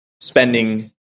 spending